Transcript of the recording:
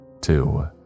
Two